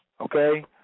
Okay